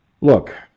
Look